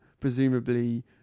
presumably